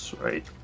Right